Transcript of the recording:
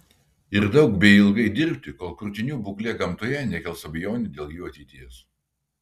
ir daug bei ilgai dirbti kol kurtinių būklė gamtoje nekels abejonių dėl jų ateities